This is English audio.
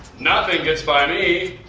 nothing gets by me!